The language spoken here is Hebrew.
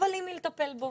נבהלים מלטפל בו.